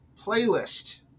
playlist